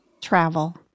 Travel